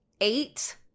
eight